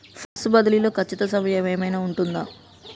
Funds బదిలీ లో ఖచ్చిత సమయం ఏమైనా ఉంటుందా?